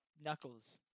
knuckles